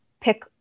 pick